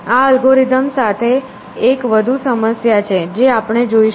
આ અલ્ગોરિધમ સાથે એક વધુ સમસ્યા છે જે આપણે જોઈશું